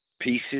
pieces